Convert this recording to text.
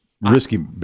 risky